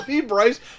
Bryce